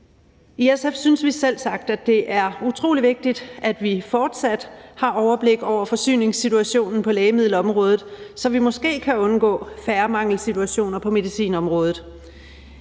I SF synes vi selvsagt, at det er utrolig vigtigt, at vi fortsat har overblik over forsyningssituationen på lægemiddelområdet, så vi måske kan undgå, at der er mangelsituationer på medicinområdet,